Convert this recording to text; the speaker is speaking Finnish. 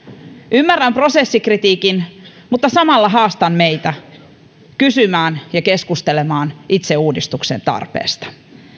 ymmärrän prosessikritiikin mutta samalla haastan meitä kysymään ja keskustelemaan itse uudistuksen tarpeesta